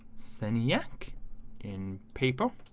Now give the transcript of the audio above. then yak in people